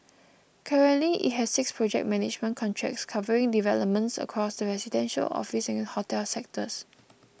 currently it has six project management contracts covering developments across the residential office and hotel sectors